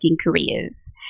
careers